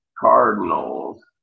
Cardinals